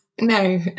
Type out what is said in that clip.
No